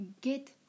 Get